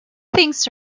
things